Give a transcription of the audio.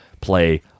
play